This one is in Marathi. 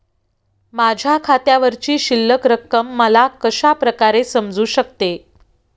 माझ्या खात्यावरची शिल्लक रक्कम मला कशा प्रकारे समजू शकते?